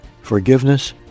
forgiveness